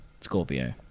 Scorpio